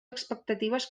expectatives